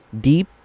deep